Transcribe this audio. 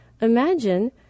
imagine